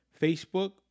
Facebook